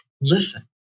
Listen